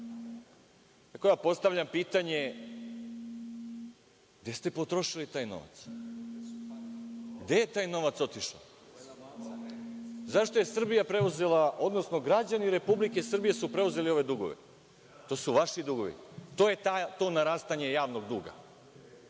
stanju? Postavljam pitanje – gde ste potrošili taj novac, gde je taj novac otišao? Zašto je Srbija preuzela, odnosno građani Srbije su preuzeli ove dugove? To su vaši dugovi. To je to narastanje javnog duga,